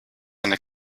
eine